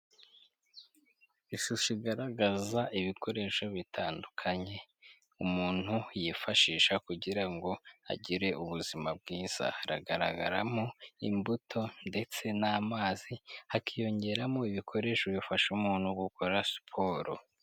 Ishusho igaragaza ibikoresho bitandukanye, umuntu yifashisha kugira ngo agire ubuzima bwiza. Hagaragaramo imbuto ndetse n'amazi hakiyongeramo ibikoresho bifasha umuntu gukora siporo.